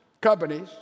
companies